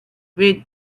with